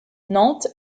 nantes